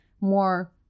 more